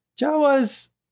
Jawas